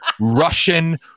Russian